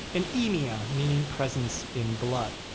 and emia meaning presence in blood.